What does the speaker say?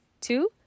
Two